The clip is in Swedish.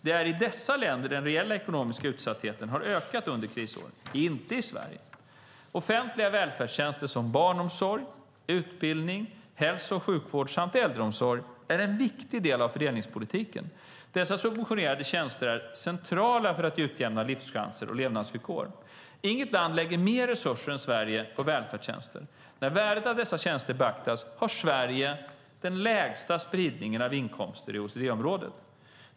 Det är i dessa länder den reella ekonomiska utsattheten har ökat under krisåren - inte i Sverige. Offentliga välfärdstjänster som barnomsorg, utbildning, hälso och sjukvård samt äldreomsorg är en viktig del av fördelningspolitiken. Dessa subventionerade tjänster är centrala för att utjämna livschanser och levnadsvillkor. Inget land lägger mer resurser än Sverige på välfärdstjänster. När värdet av dessa tjänster beaktas ser man att Sverige har den lägsta spridningen av inkomster i OECD-området.